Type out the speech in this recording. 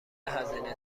هزینه